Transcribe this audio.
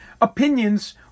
opinions